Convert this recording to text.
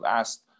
asked